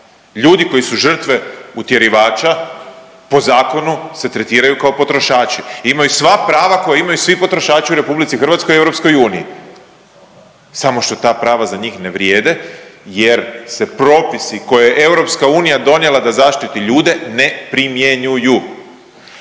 Ljudi koji su žrtve utjerivača po zakonu se tretiraju kao potrošači, imaju sva prava koja imaju svi potrošači u RH i EU, samo što ta prava za njih ne vrijede jer se propisi koje je EU donijela da zaštiti ljude ne primjenjuju.